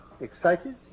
Excited